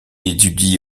étudie